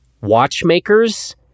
watchmakers